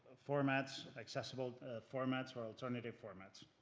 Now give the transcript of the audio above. formats, accessible formats or alternative formats.